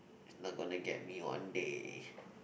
it's not gonna get me one day